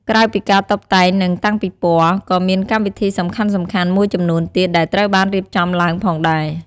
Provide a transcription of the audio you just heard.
ក្រៅពីការតុបតែង និងតាំងពិព័រណ៍ ក៏មានកម្មវិធីសំខាន់ៗមួយចំនួនទៀតដែលត្រូវបានរៀបចំឡើងផងដែរ។